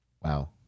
Wow